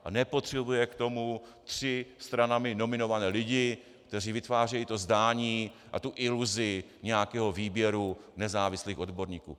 A nepotřebuje k tomu tři stranami nominované lidi, kteří vytvářejí zdání a iluzi nějakého výběru nezávislých odborníků.